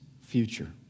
future